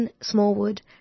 Smallwood